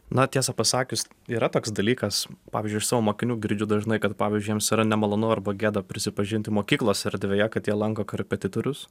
na tiesą pasakius yra toks dalykas pavyzdžiui iš savo mokinių girdžiu dažnai kad pavyzdžiui jiems yra nemalonu arba gėda prisipažinti mokyklos erdvėje kad jie lanko korepetitorius